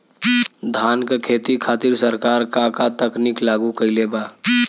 धान क खेती खातिर सरकार का का तकनीक लागू कईले बा?